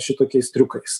šitokiais triukais